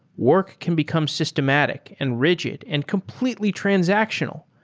work can become systematic and rigid and completely transactional.